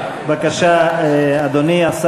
והשלישית, אדוני?